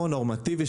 או נורמטיבי,